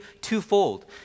twofold